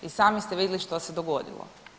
I sami ste vidjeli što se dogodilo.